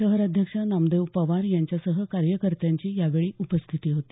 शहर अध्यक्ष नामदेव पवार यांच्यासह कार्यकर्त्यांची यावेळी उपस्थिती होती